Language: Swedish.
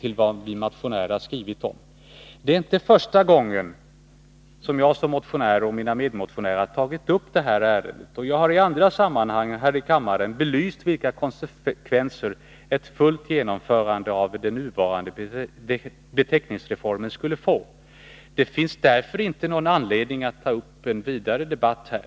till vad vi motionärer har 143 skrivit. Det är inte första gången som jag och mina medmotionärer har tagit upp detta ärende. Jag har också vid andra tillfällen här i kammaren belyst de konsekvenser som ett fullt genomförande av den nuvarande beteckningsreformen skulle få. Det finns därför ingen anledning att ta upp en vidare debatt här.